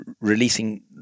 releasing